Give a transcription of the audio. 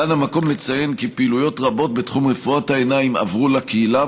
כאן המקום לציין כי פעילויות רבות בתחום רפואת העיניים עברו לקהילה,